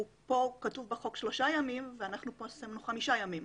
כתוב בחוק שלושה ימים ואנחנו כתבנו חמישה ימים.